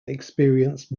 experienced